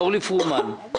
אורלי פרומן,